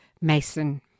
mason